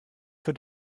für